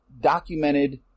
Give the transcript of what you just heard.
documented